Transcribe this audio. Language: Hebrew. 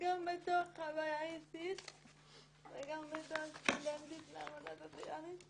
חברים שלי וכל העובדים הסוציאליים בארץ מפגינים בתל אביב לשיפור המקצוע.